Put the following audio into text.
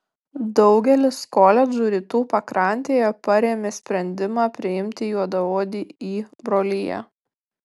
daugelis koledžų rytų pakrantėje parėmė sprendimą priimti juodaodį į broliją